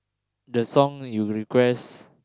the song you request